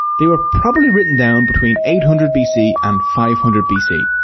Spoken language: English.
they were probably written down between eight hundred bc and five hundred bc.